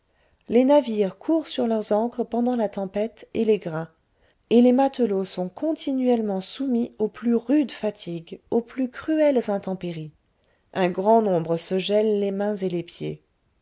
les navires courent sur leurs ancres pendant la tempête et les grains et les matelots sont continuellement soumis aux plus rudes fatigues aux plus cruelles intempéries un grand nombre se gèlent les mains et les pieds